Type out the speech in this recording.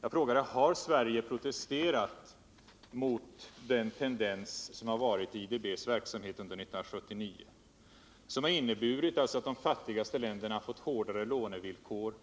Jag frågade om Sverige har protesterat mot den tendens som funnits i IDB:s verksamhet under 1979 och som inneburit att de fattigaste länderna fått hårdare lånevillkor,